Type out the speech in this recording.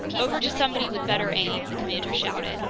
over to somebody with better aim! the commander shouted.